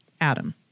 Adam